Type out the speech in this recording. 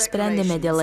sprendėme dėl